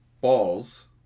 balls